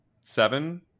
seven